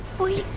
boy